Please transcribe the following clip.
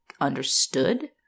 understood